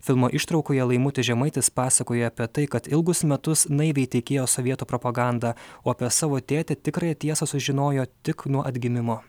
filmo ištraukoje laimutis žemaitis pasakoja apie tai kad ilgus metus naiviai tikėjo sovietų propaganda o apie savo tėtį tikrąją tiesą sužinojo tik nuo atgimimo